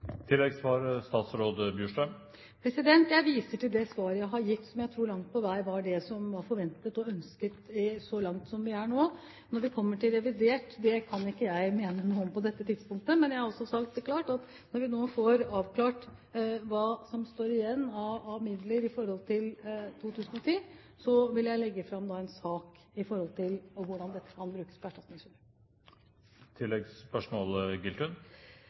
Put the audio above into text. Jeg viser til det svaret jeg har gitt, som jeg tror langt på vei var det som var forventet og ønsket så langt som vi er nå. Når det gjelder revidert, kan ikke jeg mene noe om det på dette tidspunktet. Men jeg har altså sagt, at når vi får avklart hva som står igjen av midler i forhold til 2010, vil jeg legge fram en sak om hvordan dette kan brukes på